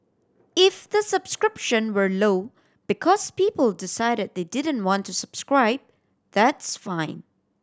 if the subscription were low because people decided they didn't want to subscribe that's fine